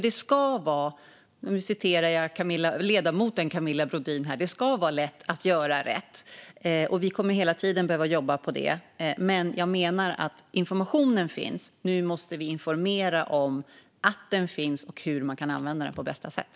Det ska vara - jag återger ledamoten Camilla Brodin - lätt att göra rätt. Och vi kommer att hela tiden behöva jobba med detta. Jag menar att informationen finns, men nu måste vi visa att den finns och hur den kan användas på bästa sätt.